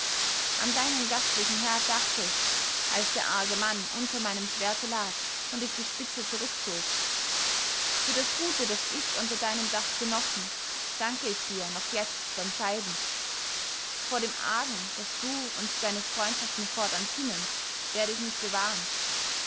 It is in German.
an deinen gastlichen herd dachte ich als der arge mann unter meinem schwerte lag und ich die spitze zurückzog für das gute das ich unter deinem dach genossen danke ich dir noch jetzt beim scheiden vor dem argen das du und deine freundschaft mir fortan sinnen werde ich mich bewahren